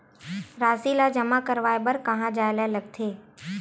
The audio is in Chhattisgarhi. राशि ला जमा करवाय बर कहां जाए ला लगथे